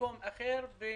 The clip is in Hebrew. במקום אחר, היא